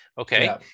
Okay